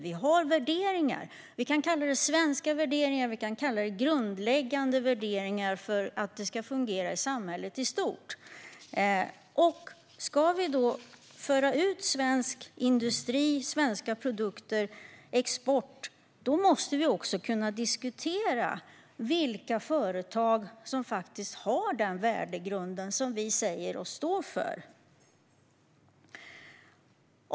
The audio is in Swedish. Vi har värderingar - vi kan kalla dem svenska värderingar eller grundläggande värderingar för att samhället i stort ska fungera. Ska vi föra ut svensk industris produkter på export måste vi också kunna diskutera vilka företag som har den värdegrund vi säger oss stå för.